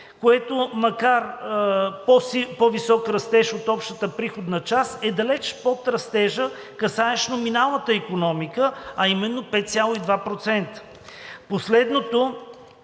което макар по-висок растеж от общата приходна част, е далеч под растежа, касаещ номиналната икономика, а именно 5,2%.